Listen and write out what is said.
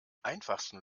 einfachsten